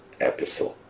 episode